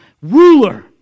ruler